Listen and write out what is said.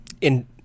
in-